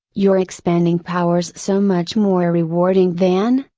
your expanding powers so much more rewarding than,